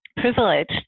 privileged